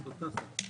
לקדם את הצעד הזה.